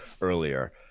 earlier